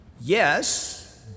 yes